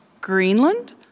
Greenland